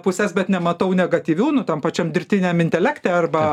puses bet nematau negatyvių nu tam pačiam dirbtiniam intelektui arba